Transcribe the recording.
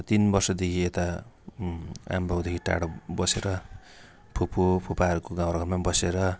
तिन बर्षदेखि यता आमा बाउदेखि टाढो बसेर फुपू फुपाहरूको घरमा बसेर